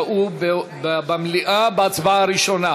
שהו במליאה בהצבעה הראשונה.